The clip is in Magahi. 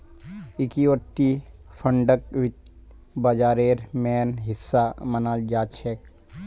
इक्विटी फंडक वित्त बाजारेर मेन हिस्सा मनाल जाछेक